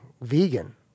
Vegan